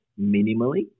minimally